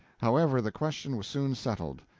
however, the question was soon settled.